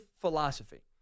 philosophy